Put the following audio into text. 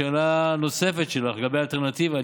לשאלה הנוספת שלך לגבי האלטרנטיבה,